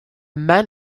man